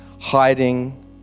hiding